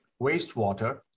wastewater